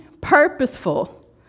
purposeful